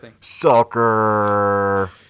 Sucker